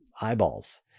eyeballs